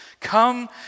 Come